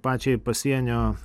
pačiai pasienio